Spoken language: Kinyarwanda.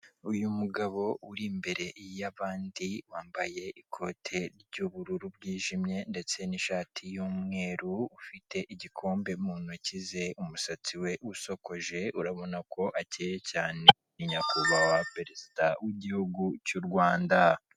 Uyu mugabo uri imbere y'abandi wambaye ikote ry'ubururu bwijimye ndetse n'ishati y'umweru, ufite igikombe muntoki ze, umusatsi we usokoje urabona ko akeye cyane, ni nyakubahwa perezida w'igihugu cy'urwanda.